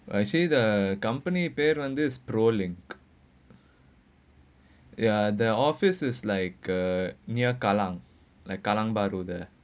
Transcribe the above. I say the company based on this prolink ya the office is like uh near kallang like kallang bahru there